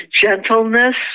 gentleness